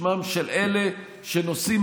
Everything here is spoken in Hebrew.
בשמם של אלה שנושאים,